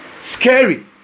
scary